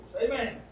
Amen